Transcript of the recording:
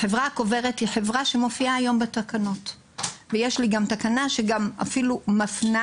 החברה הקוברת היא חברה שמופיעה היום בתקנות ויש לי גם תקנה שאפילו מפנה